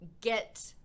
get